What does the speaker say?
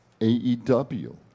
AEW